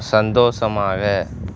சந்தோஷமாக